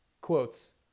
quotes